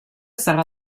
sarà